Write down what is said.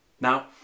Now